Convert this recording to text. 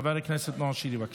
חבר הכנסת נאור שירי, בבקשה.